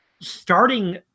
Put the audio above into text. starting